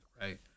right